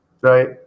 right